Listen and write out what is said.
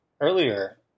earlier